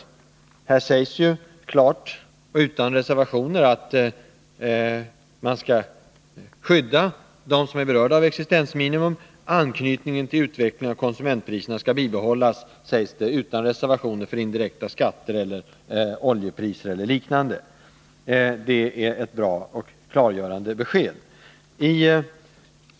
I det sägs ju klart och utan reservationer att de som är berörda av existensminimum skall skyddas och att anknytningen till utvecklingen av konsumentpriserna skall bibehållas utan reservationer för indirekta skatter, oljeprishöjningar e. d. Det är ett bra och klargörande besked.